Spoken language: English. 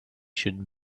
should